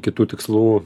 kitų tikslų